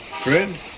Fred